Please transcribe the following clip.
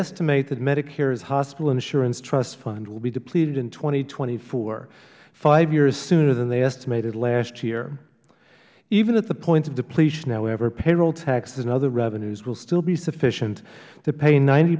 estimate that medicare's hospital insurance trust fund will be depleted in two thousand and twenty four five years sooner than they estimated last year even at the point of depletion however payroll taxes and other revenues will still be sufficient to pay ninety